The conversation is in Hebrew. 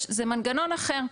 זה מנגנון אחר.